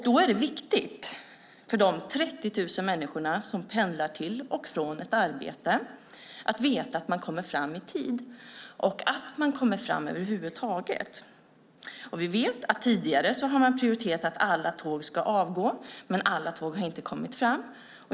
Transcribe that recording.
Det är då viktigt för dessa 30 000 människor som pendlar till och från ett arbete att veta att man kommer fram i tid och att man kommer fram över huvud taget. Vi vet att man tidigare har prioriterat att alla tåg ska avgå, men alla tåg har inte kommit fram.